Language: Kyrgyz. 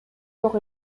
жок